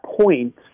point